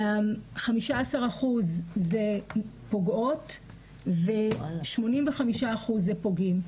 15% זה פוגעות ו-85% זה פוגעים.